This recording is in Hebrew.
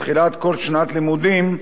בתחילת כל שנת לימודים,